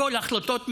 הכול החלטות מינהליות,